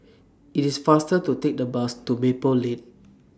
IT IS faster to Take The Bus to Maple Lane